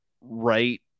right